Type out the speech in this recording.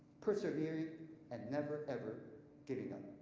persevering and never, ever giving up.